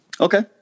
Okay